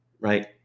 Right